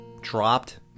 dropped